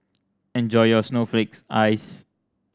enjoy your snowflakes ice